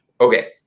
Okay